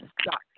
stuck